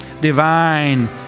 divine